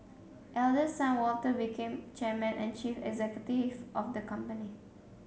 eldest son Walter became chairman and chief executive of the company